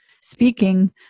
speaking